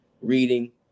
reading